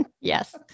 Yes